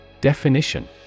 Definition